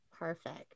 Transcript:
perfect